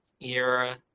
era